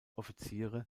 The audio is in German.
offiziere